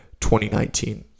2019